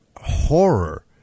horror